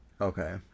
okay